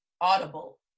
Audible